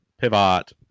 pivot